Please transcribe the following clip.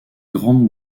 grande